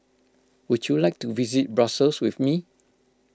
would you like to visit Brussels with me